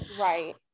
Right